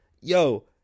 yo